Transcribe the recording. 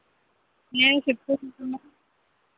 ᱦᱮᱸ ᱥᱤᱛᱩᱝ ᱠᱟᱱᱟ